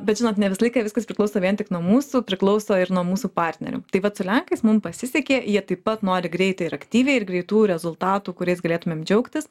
bet žinot ne visą laiką viskas priklauso vien tik nuo mūsų priklauso ir nuo mūsų partnerių tai vat su lenkais mum pasisekė jie taip pat nori greitai ir aktyviai ir greitų rezultatų kuriais galėtumėm džiaugtis